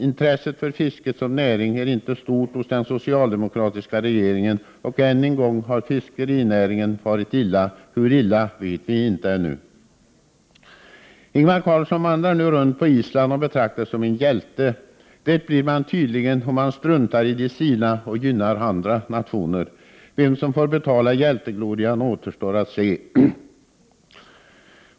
Intresset för fisket som näring är inte stort hos den socialdemokratiska regeringen, och än en gång har fiskerinäringen farit illa. Hur illa vet vi inte ännu. Ingvar Carlsson vandrar nu runt på Island och betraktas som en hjälte. Det blir man tydligen om man struntar i de sina och gynnar andra nationer. Vem som får betala hjälteglorian återstår att se.